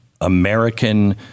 American